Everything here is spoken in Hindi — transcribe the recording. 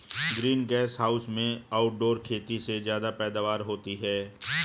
ग्रीन गैस हाउस में आउटडोर खेती से ज्यादा पैदावार होता है